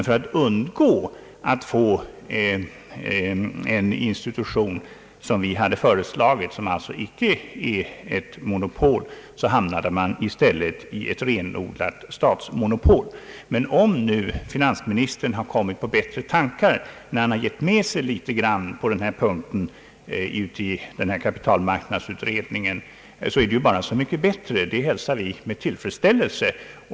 För att undgå att få en institution sådan som vi hade föreslagit — som alltså icke avsågs vara ett monopol — hamnade man i stället i ett renodlat statsmonopol. Men om nu finansministern kommit på bättre tankar när han givit med sig litet på denna punkt i kapitalmarknadsutredningen är det bara så mycket bättre. Det hälsar vi med tillfredsställelse.